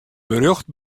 berjocht